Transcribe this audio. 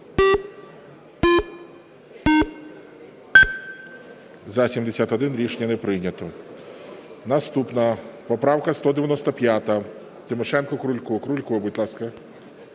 За-71 Рішення не прийнято. Наступна поправка 195. Тимошенко, Крулько. Крулько, будь ласка.